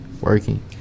working